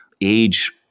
age